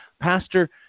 Pastor